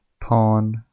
Pawn